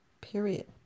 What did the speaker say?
Period